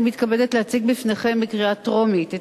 אני מתכבדת להציג בפניכם לקריאה טרומית את